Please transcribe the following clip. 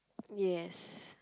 yes